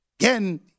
Again